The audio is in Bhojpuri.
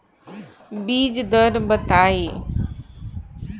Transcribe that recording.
बीज दर बताई?